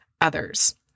others